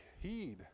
heed